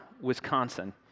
Wisconsin